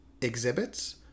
exhibits